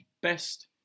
Best